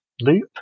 loop